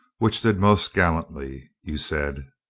which did most gallantly, you said.